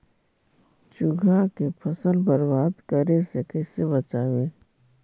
चुहा के फसल बर्बाद करे से कैसे बचाबी?